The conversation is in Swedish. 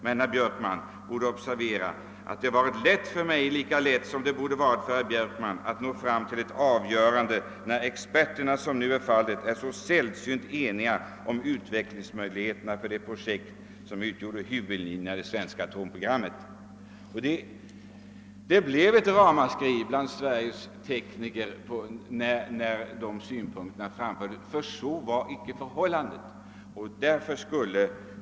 Men herr Björkman borde ha observerat att det varit lätt för mig — lika lätt som det borde varit för herr Björkman — att nå fram till ett avgörande, när experterna som nu är fallet är så sällsynt eniga om utvecklingsmöjligheterna för det projekt som utgjort huvudlinjen i det svenska atomprogrammet.» Detta ramaskri bland de svenska teknikerna på området berodde naturligtvis på att dessa ord inte överensstämde med det verkliga förhållandet.